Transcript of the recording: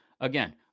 Again